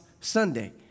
Sunday